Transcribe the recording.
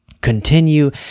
continue